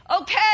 Okay